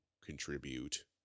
contribute